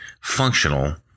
functional